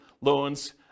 loans